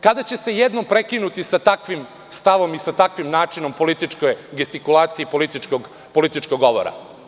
Kada će se jednom prekinuti sa takvim stavom i sa takvim načinom političke gestikulacije i političkog govora?